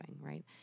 right